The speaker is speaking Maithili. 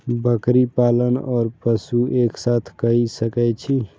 बकरी पालन ओर पशु एक साथ कई सके छी?